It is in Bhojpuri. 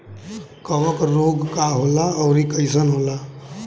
कवक रोग का होला अउर कईसन होला?